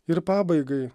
ir pabaigai